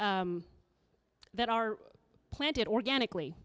that are planted organically